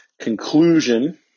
conclusion